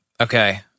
Okay